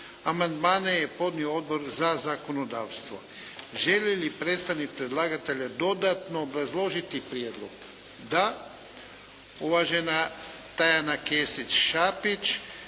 Amandmane je podnio Odbor za zakonodavstvo. Želi li predstavnik predlagatelja dodatno obrazložiti prijedlog? Da. Uvažena Tajana Kesić Šapić,